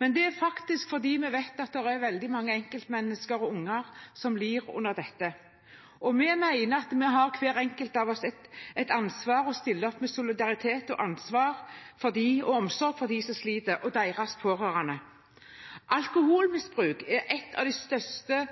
men fordi vi vet at det er veldig mange enkeltmennesker og unger som lider under alkoholmisbruk. Vi mener at hver enkelt av oss har et ansvar for å stille opp med solidaritet og omsorg for dem som sliter, og deres pårørende. Alkoholmisbruk er en av de største